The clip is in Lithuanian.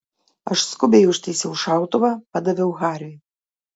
aš skubiai užtaisiau šautuvą padaviau hariui